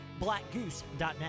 blackgoose.net